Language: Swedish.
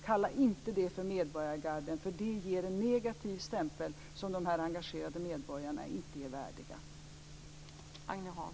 Kalla inte det för medborgargarden, för det ger en negativ stämpel som de här engagerade medborgarna inte förtjänar.